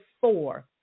four